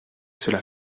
cela